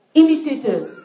imitators